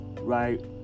right